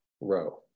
row